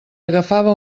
agafava